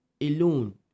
alone